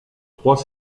trois